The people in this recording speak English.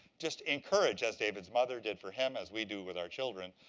just encourage, as david's mother did for him, as we do with our children.